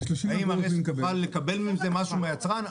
האם הרשת תוכל לקבל מזה משהו מהיצרן?